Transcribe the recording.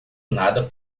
nada